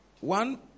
one